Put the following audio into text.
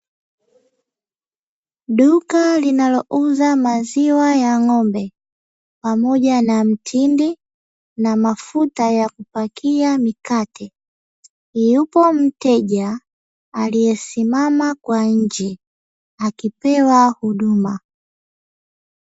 Duka linalouza maziwa ya ng'ombe pamoja na mtindi na mafuta ya kupakia mikate, yupo mteja aliyesimama kwa nnje akipewa huduma.